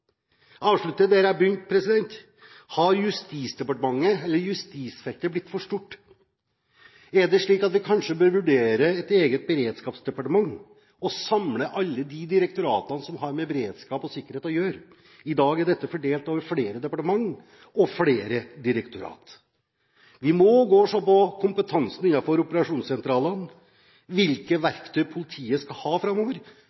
Jeg avslutter der jeg begynte: Har justisfeltet blitt for stort? Er det slik at vi kanskje bør vurdere et eget beredskapsdepartement og samle alle direktoratene som har med beredskap og sikkerhet å gjøre? I dag er dette fordelt over flere departementer og flere direktorater. Vi må se på kompetansen innenfor operasjonssentralene, hvilke verktøy politiet skal ha framover,